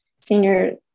senior